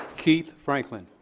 keith franklin.